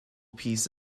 piece